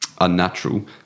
unnatural